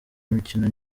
imikino